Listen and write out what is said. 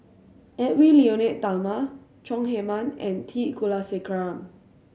Edwy Lyonet Talma Chong Heman and T Kulasekaram